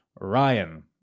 Ryan